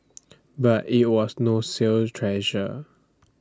but IT was no sales treasure